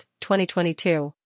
2022